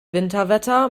winterwetter